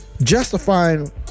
justifying